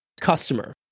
customer